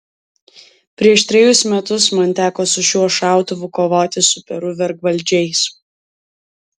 prieš trejus metus man teko su šiuo šautuvu kovoti su peru vergvaldžiais